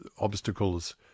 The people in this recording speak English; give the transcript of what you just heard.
obstacles